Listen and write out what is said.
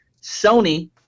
Sony